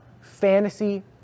fantasy